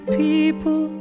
people